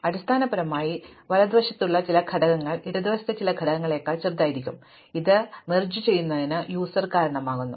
അതിനാൽ അടിസ്ഥാനപരമായി വലതുവശത്തുള്ള ചില ഘടകങ്ങൾ ഇടതുവശത്തെ ചില ഘടകങ്ങളേക്കാൾ ചെറുതായിരിക്കാം ഇത് ലയിപ്പിക്കുന്നതിന് ഉപയോക്താവ് കാരണമാകുന്നു